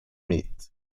meat